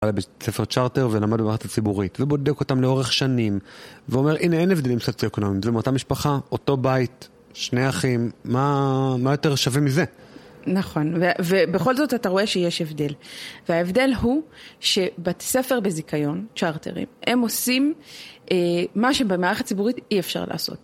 בית ספר צ'ארטר ולמד במערכת ציבורית, ובודק אותם לאורך שנים, ואומר, הנה אין הבדלים סוציו-אקונומיים, זו מאותה משפחה, אותו בית, שני אחים, מה יותר שווה מזה? נכון, ובכל זאת אתה רואה שיש הבדל, וההבדל הוא שבית ספר בזיכיון, צ'ארטרים, הם עושים מה שבמערכת ציבורית אי אפשר לעשות.